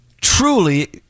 truly